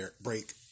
break